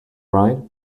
ride